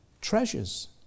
treasures